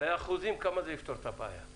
באחוזים, בכמה זה יפתור את הבעיה?